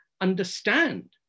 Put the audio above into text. understand